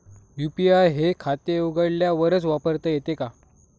UPI हे खाते उघडल्यावरच वापरता येते का?